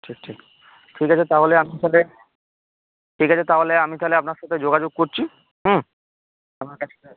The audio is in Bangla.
ঠিক ঠিক ঠিক আছে তাহলে আমি তাহলে ঠিক আছে তাওলে আমি তাহলে আপনার সাথে যোগাযোগ করছি হুম আপনার কাছে একটা